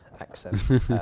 accent